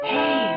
Hey